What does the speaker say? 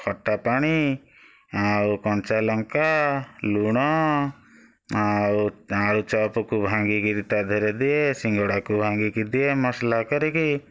ଖଟାପାଣି ଆଉ କଞ୍ଚାଲଙ୍କା ଲୁଣ ଆଉ ଆଳୁଚପ୍କୁ ଭାଙ୍ଗି କିରି ତା'ଦେହରେ ଦିଏ ସିଙ୍ଗଡ଼ାକୁ ଭାଙ୍ଗିକି ଦିଏ ମସଲା କରିକି